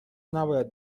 نباید